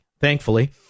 Thankfully